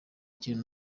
kintu